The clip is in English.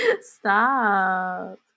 Stop